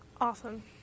Awesome